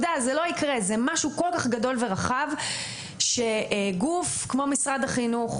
זה משהו כל כך גדול ורחב שגוף כמו משרד החינוך,